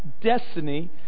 destiny